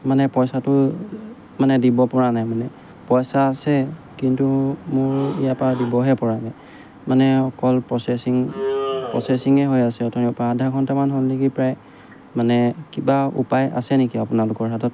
মানে পইচাটো মানে দিবপৰা নাই মানে পইচা আছে কিন্তু মোৰ ইয়াৰপৰা দিবহে পৰা নাই মানে অকল প্ৰচেচিং প্ৰচেচিঙে হৈ আছে অথনিৰেপৰা আধা ঘণ্টামান হ'ল নেকি প্ৰায় মানে কিবা উপায় আছে নেকি আপোনালোকৰ হাতত